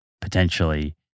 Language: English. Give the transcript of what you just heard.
potentially